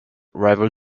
rival